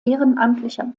ehrenamtlicher